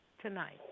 tonight